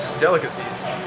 delicacies